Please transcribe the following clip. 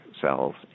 cells